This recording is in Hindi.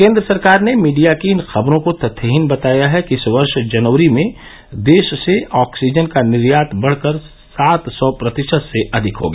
केन्द्र सरकार ने मीडिया की इन खबरों को तथ्यहीन बताया है कि इस वर्ष जनवरी में देश से ऑक्सीजन का निर्यात बढकर सात सौ प्रतिशत से अधिक हो गया